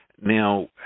Now